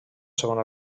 segona